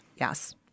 Yes